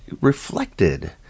reflected